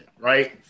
right